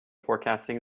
forecasting